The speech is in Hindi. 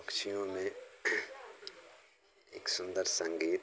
पक्षियों में एक सुन्दर संगीत